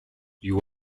you